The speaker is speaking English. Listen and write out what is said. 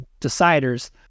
deciders